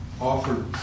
offered